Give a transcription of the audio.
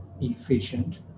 efficient